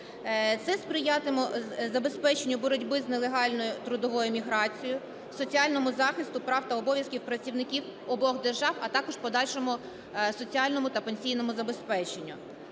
Це сприятиме забезпеченню боротьби з нелегальною трудовою міграцією, соціальному захисту прав та обов'язків працівників обох держав, а також подальшому соціальному та пенсійному забезпеченню.